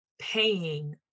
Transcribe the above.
paying